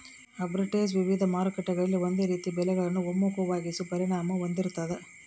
arbitrage ವಿವಿಧ ಮಾರುಕಟ್ಟೆಗಳಲ್ಲಿ ಒಂದೇ ರೀತಿಯ ಬೆಲೆಗಳನ್ನು ಒಮ್ಮುಖವಾಗಿಸೋ ಪರಿಣಾಮ ಹೊಂದಿರ್ತಾದ